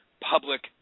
public